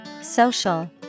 Social